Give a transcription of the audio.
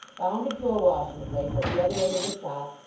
bounded to a washing place at the other end of the shop,